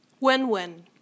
Win-win